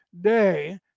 day